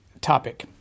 topic